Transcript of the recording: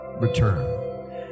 return